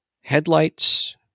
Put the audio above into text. headlights